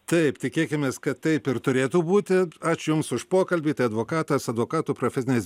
taip tikėkimės kad taip ir turėtų būti ačiū jums už pokalbį tai advokatas advokatų profesinės